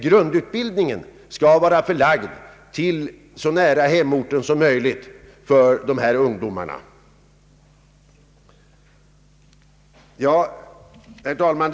Grundutbildningen skall emellertid vara förlagd så nära hemorten som möjligt. Herr talman!